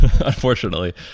Unfortunately